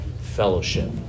fellowship